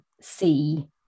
see